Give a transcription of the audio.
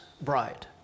bride